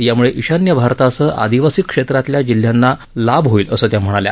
यामुळे ईशान्य भारतासह आदिवासी क्षेत्रातल्या जिल्ह्यांना लाभ होईल असं त्या म्हणाल्या